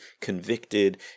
convicted